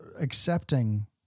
accepting